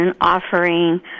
offering